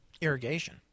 irrigation